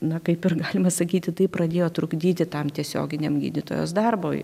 na kaip ir galima sakyti tai pradėjo trukdyti tam tiesioginiam gydytojos darbui